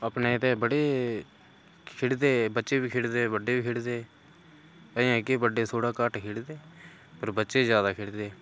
अपने इतै बड़े बच्चे बी खेढदे बड्डे बी खेढदे अज्जें के बड्डे थ्होड़ा खेढदे पर बच्चे जैदा खेढदे